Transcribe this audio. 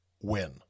win